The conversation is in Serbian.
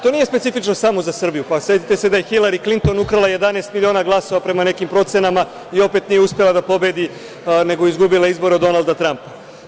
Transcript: To nije specifično samo za Srbiju, pa setite se da je i Hilari Klinton ukrala 11 miliona glasova prema nekim procenama i opet nije uspela da pobedi nego je izgubila izbore od Donalda Trampa.